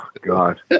God